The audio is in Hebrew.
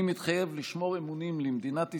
אני מתחייב לשמור אמונים למדינת ישראל,